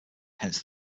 hence